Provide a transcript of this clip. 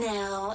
Now